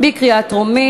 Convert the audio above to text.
חוק ומשפט נתקבלה.